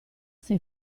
stai